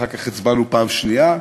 ואחר כך הצבענו פעם שנייה,